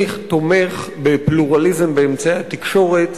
אני תומך בפלורליזם באמצעי התקשורת.